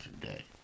today